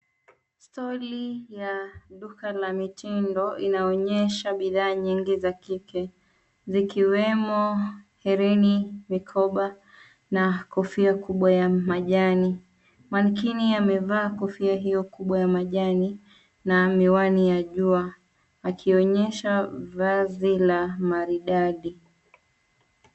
Stoli ya duka la mitindo inaonyesha bidhaa nyingi za kike zikiwemo hereni, mikoba na kofia kubwa ya majani. Mankini amevaa kofia hiyo kubwa ya majani na miwani ya jua akionyesha vazi la maridadi.